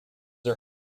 are